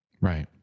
Right